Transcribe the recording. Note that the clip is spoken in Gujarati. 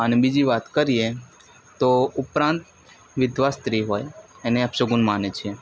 અને બીજી વાત કરીએ તો ઉપરાંત વિધવા સ્ત્રી હોય એને અપશુકન માને છે